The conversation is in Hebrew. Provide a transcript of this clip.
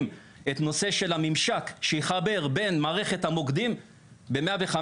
את נושא הממשק שיחבר בין מערכת המוקדים ב-105,